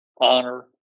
honor